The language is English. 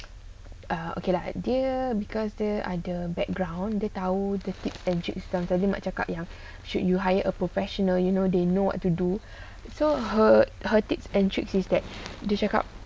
uh okay lah dia because dia ada background the towel the thick and jake's dump the limit jacket you should you hire professional you know they know what to do so her her tips and tricks is that the disrupt